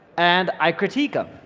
and i critique em,